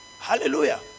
Hallelujah